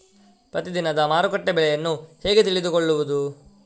ಪ್ರತಿದಿನದ ಮಾರುಕಟ್ಟೆ ಬೆಲೆಯನ್ನು ಹೇಗೆ ತಿಳಿದುಕೊಳ್ಳುವುದು?